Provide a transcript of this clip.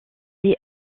est